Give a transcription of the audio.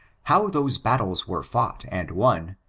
how those battles were fought and won,